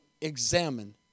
examine